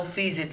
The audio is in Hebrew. פיזית,